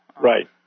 Right